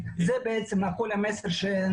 האולפנים.